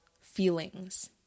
feelings